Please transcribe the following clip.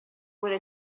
would